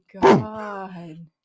god